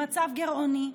במצב גירעוני,